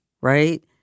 right